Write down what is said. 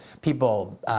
people